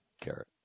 carrot